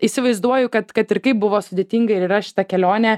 įsivaizduoju kad kad ir kaip buvo sudėtinga ir yra šita kelionė